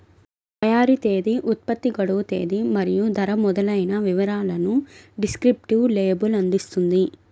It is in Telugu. తయారీ తేదీ, ఉత్పత్తి గడువు తేదీ మరియు ధర మొదలైన వివరాలను డిస్క్రిప్టివ్ లేబుల్ అందిస్తుంది